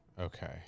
okay